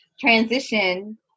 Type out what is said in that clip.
transition